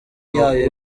yayo